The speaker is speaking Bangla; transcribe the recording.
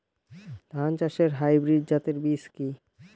ধান চাষের হাইব্রিড জাতের বীজ কি?